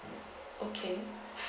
okay